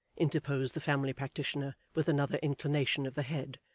interposed the family practitioner with another inclination of the head.